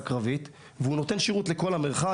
קרבית בדרום והוא נותן שרות לכל המרחב.